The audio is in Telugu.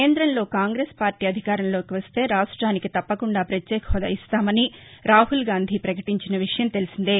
కేంద్రంలో కాంగ్రెస్ పార్టీ అధికారంలోకి వస్తే రాష్టానికి తప్పకుండా ప్రత్యేక హాదా ఇస్తామని రాహుల్ గాంధీ ప్రకటించిన విషయం తెలిసిందే